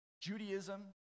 Judaism